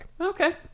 Okay